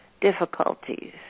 difficulties